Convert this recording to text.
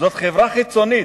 זאת חברה חיצונית.